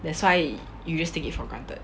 that's why you just take it for granted